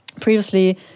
previously